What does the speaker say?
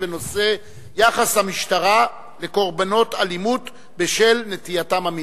בנושא: יחס המשטרה לקורבנות אלימות בשל נטייתם המינית.